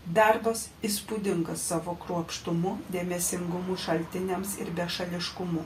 darbas įspūdingas savo kruopštumu dėmesingumu šaltiniams ir bešališkumu